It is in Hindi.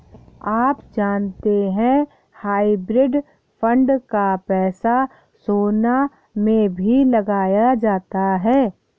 आप जानते है हाइब्रिड फंड का पैसा सोना में भी लगाया जाता है?